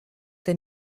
der